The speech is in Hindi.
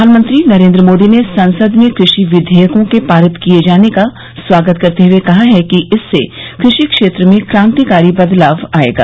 प्रधानमंत्री नरेंद्र मोदी ने संसद में कृषि विधेयकों के पारित किए जाने का स्वागत करते हुए कहा है कि इससे कृषि क्षेत्र में क्रांतिकारी बदलाव आएगा